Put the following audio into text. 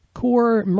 core